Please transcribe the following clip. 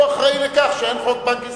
הוא אחראי לכך שאין חוק בנק ישראל.